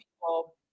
people